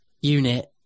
unit